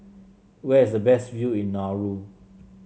where is the best view in Nauru